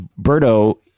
Berto